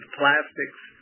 plastics